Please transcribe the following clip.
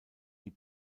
die